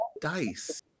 dice